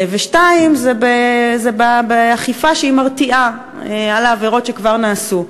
2. באכיפה, שהיא מרתיעה, בשל העבירות שכבר נעשו.